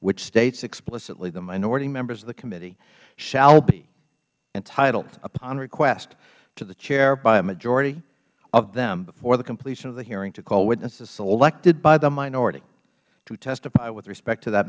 which states explicitly the minority members of the committee shall be entitled upon request to the chair by a majority of them before the completion of the hearing to call witnesses selected by the minority to testify with respect to that